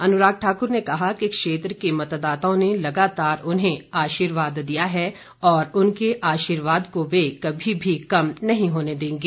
अनुराग ठाकुर ने कहा कि क्षेत्र के मतदाओं ने लगातार उन्हें आर्शीवाद दिया है और उनके आर्शीवाद को वे कभी भी कम नहीं होने देंगे